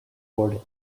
toward